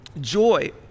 joy